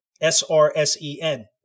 S-R-S-E-N